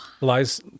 Lies